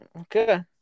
Okay